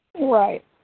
right